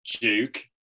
Duke